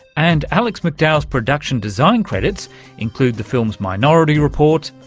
and alex mcdowell's production design credits include the films minority report,